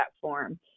platform